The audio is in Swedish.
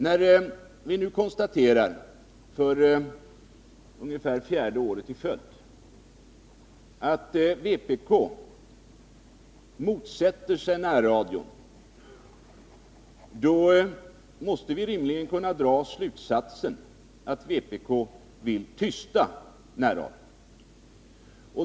När vi nu för ungefär fjärde året i följd konstaterar att vpk motsätter sig närradion, måste vi rimligen kunna dra slutsatsen att vpk vill tysta närradion.